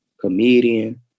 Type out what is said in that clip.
comedian